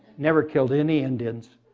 never killed any indians.